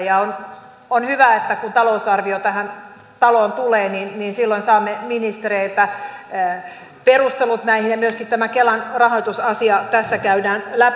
ja on hyvä että kun talousarvio tähän taloon tulee silloin saamme ministereiltä perustelut näihin ja myöskin tämä kelan rahoitusasia tässä käydään läpi